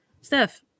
Steph